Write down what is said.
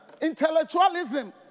Intellectualism